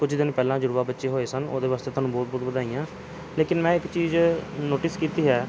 ਕੁਝ ਦਿਨ ਪਹਿਲਾਂ ਜੁੜਵਾਂ ਬੱਚੇ ਹੋਏ ਸਨ ਉਹਦੇ ਵਾਸਤੇ ਤੁਹਾਨੂੰ ਬਹੁਤ ਬਹੁਤ ਵਧਾਈਆਂ ਲੇਕਿਨ ਮੈਂ ਇੱਕ ਚੀਜ਼ ਨੋਟਿਸ ਕੀਤੀ ਹੈ